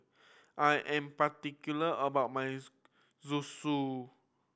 I am particular about my Zosui